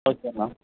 okay ma'am